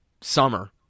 summer